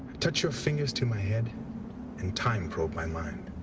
touch your fingers to my head and time probe my mind.